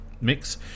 mix